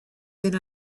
been